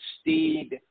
Steed